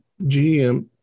GM